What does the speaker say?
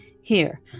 Here